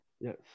Yes